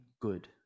good